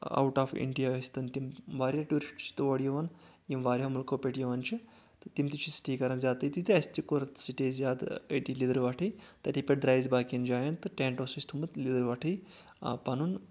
out of India ٲسۍ تِم تِم واریاہ ٹوٗرسٹ چھِ تور یِوان یِم واریاہ مُلکو پٮ۪ٹھ یوان چھِ تِم تہِ چھِ سٹے کران زیادٕ تٔتھی تہِ اَسہِ تہِ کوٚر سٹے زیادٕ أتھۍ لِوروٹھٕے تتَے پیٹھ درٛایہِ أسۍ باقین جایَن ٹیٚنٹ اوس اسہِ تھومُت لِوروَٹھٕے آ پَنُن